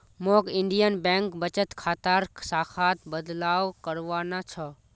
मौक Indian bank बचत खातार शाखात बदलाव करवाना छ